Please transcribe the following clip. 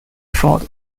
fought